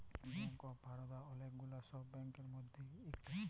bank of Baroda ওলেক গুলা সব ব্যাংকের মধ্যে ইকটা